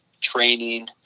training